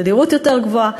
תדירות יותר גבוהה.